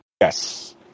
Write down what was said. Yes